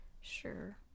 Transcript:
Sure